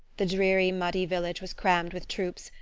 the dreary muddy village was crammed with troops,